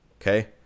Okay